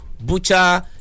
butcher